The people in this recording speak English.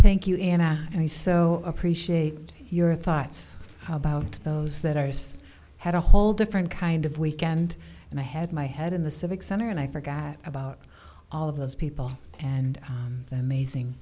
thank you and i so appreciate your thoughts about those that are just had a whole different kind of weekend and i had my head in the civic center and i forgot about all of those people and then mazing